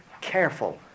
careful